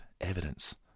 evidence